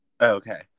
Okay